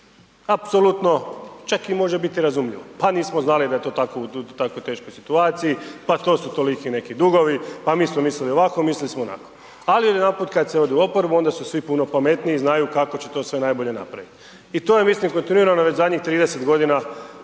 Apsolutno čak i može biti razumljivo, pa nismo znali da je to tako u teškoj situaciji, pa to su toliki neki dugovi, pa mi smo mislili ovako, mislili smo onako. Ali najedanput kada se ode u oporbu onda su svi puno pametniji, znaju kako će to sve najbolje napraviti. I to je mislim kontinuirano već zadnjih 30 godina,